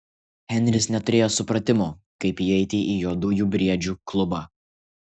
henris neturėjo supratimo kaip įeiti į juodųjų briedžių klubą